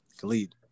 Khalid